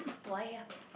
why ah